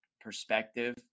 perspective